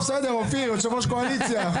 בסדר, אופיר, יושב-ראש הקואליציה.